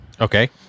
Okay